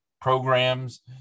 programs